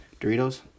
Doritos